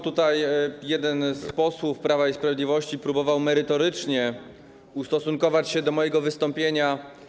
Tutaj jeden z posłów Prawa i Sprawiedliwości próbował merytorycznie ustosunkować się do mojego wystąpienia.